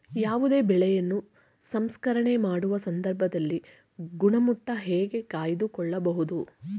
ಯಾವುದೇ ಬೆಳೆಯನ್ನು ಸಂಸ್ಕರಣೆ ಮಾಡುವ ಸಂದರ್ಭದಲ್ಲಿ ಗುಣಮಟ್ಟ ಹೇಗೆ ಕಾಯ್ದು ಕೊಳ್ಳಬಹುದು?